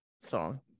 Song